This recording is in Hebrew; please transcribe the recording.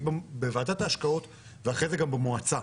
בוועדת ההשקעות ואחרי זה גם במועצה.